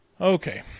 Okay